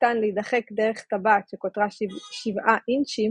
קטן להידחק דרך טבעת שקוטרה 7 אינצ'ים,